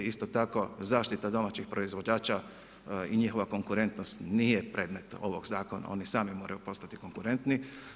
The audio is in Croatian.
Isto tako zaštita domaćih proizvođača i njihova konkurentnost nije predmet ovog zakona, oni sami moraju postati konkurentni.